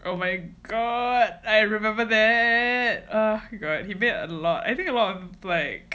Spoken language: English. oh my god I remember that eh he made a lot I think a lot of like